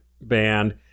band